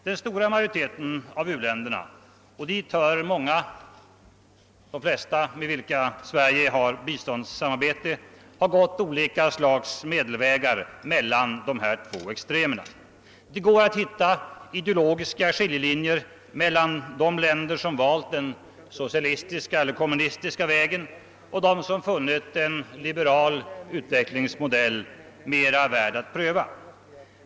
Den stora majoriteten av u-länder, och dit hör de flesta med vilka Sverige har biståndssamarbete, har gått olika slags medelvägar mellan de här två extremerna. Det går att hitta ideologiska skiljelinjer mellan de länder som valt den socialistiskt-kommunistiska vägen och dem som funnit en liberal utveck lingsmodell mera värd att pröva.